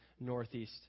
northeast